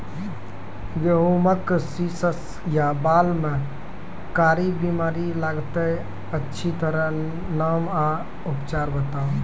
गेहूँमक शीश या बाल म कारी बीमारी लागतै अछि तकर नाम आ उपचार बताउ?